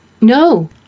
No